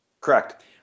Correct